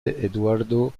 eduardo